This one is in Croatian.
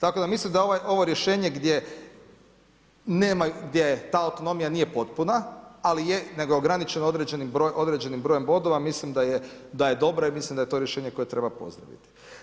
Tako da mislim da ovo rješenje gdje ta autonomija nije potpuna ali je ograničena određenim brojem bodova, mislim da je dobra i mislim da je to rješenje koje treba pozdraviti.